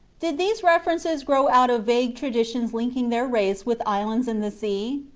did these references grow out of vague traditions linking their race with islands in the sea?